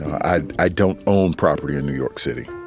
i i don't own property in new york city.